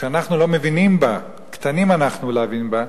שאנחנו לא מבינים בה, קטנים אנחנו להבין בה,